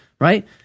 Right